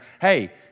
hey